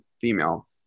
female